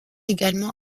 également